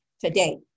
today